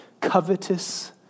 covetous